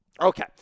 Okay